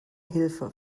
hilfe